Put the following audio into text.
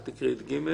הלאה, תקריאי את (ג).